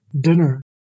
dinner